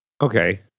Okay